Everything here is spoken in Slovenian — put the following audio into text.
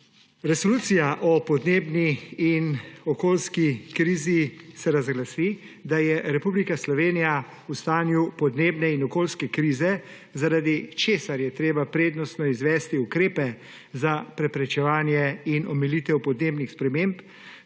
Resolucija o podnebni in okoljski krizi se razglasi, da je Republika Slovenija v stanju podnebne in okoljske krize, zaradi česar je treba prednostno izvesti ukrepe za preprečevanje in omilitev podnebnih sprememb